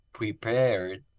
prepared